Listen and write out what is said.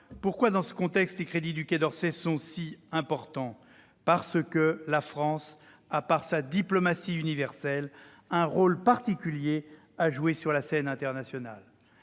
Pourquoi, dans ce contexte, les crédits du Quai d'Orsay sont-ils si importants ? Parce que la France a, par sa diplomatie universelle, un rôle particulier à jouer sur la scène internationale.